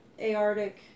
aortic